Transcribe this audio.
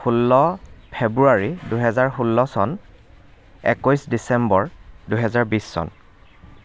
ষোল্ল ফেব্ৰুৱাৰী দুহেজাৰ ষোল্ল চন একৈছ ডিচেম্বৰ দুহেজাৰ বিছ চন